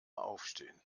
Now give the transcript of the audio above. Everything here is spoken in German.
aufstehen